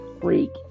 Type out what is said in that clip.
freak